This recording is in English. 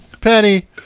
Penny